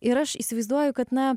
ir aš įsivaizduoju kad na